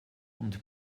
und